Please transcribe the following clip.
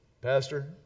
Pastor